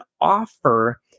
offer